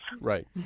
Right